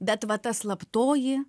bet va ta slaptoji